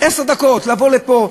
עשר דקות לבוא לפה,